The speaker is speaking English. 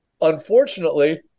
Unfortunately